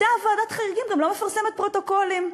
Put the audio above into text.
אותה ועדת חריגים גם לא מפרסמת פרוטוקולים.